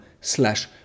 slash